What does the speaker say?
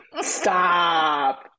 Stop